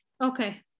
Okay